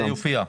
זה יופיע.